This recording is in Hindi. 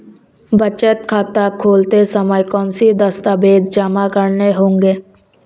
बचत खाता खोलते समय कौनसे दस्तावेज़ जमा करने होंगे?